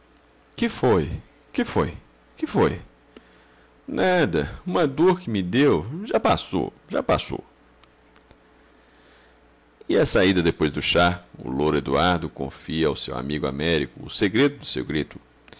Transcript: que foi que foi que foi nada uma dor que me deu já passou já passou e à saída depois do chá o louro eduardo confia ao seu amigo américo o segredo do seu grito